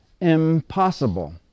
impossible